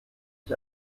ich